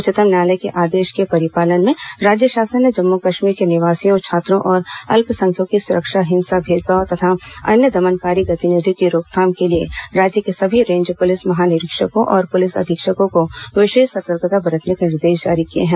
उच्चतम न्यायालय के आदेश के परिपालन में राज्य शासन ने जम्मू कश्मीर के निवासियों छात्रों और अल्पसंख्यकों की सुरक्षा हिंसा भेदभाव तथा अन्य दमनकारी गतिविधियों की रोकथाम के लिए राज्य के सभी रेंज पुलिस महानिरीक्षकों और पुलिस अधीक्षकों को विशेष सर्तकता बरतने के निर्देश जारी किए हैं